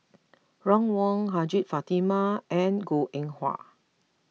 Ron Wong Hajjah Fatimah and Goh Eng Wah